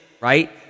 Right